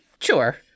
sure